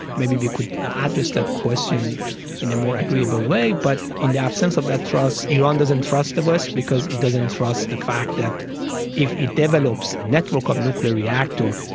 maybe they could address that question in a more agreeable way, but in the absence of that trust, iran doesn't trust the west because it doesn't trust the fact that if it develops a network of nuclear reactors,